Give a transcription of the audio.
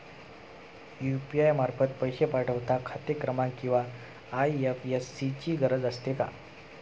UPI मार्फत पैसे पाठवता खाते क्रमांक किंवा आय.एफ.एस.सी ची गरज असते का?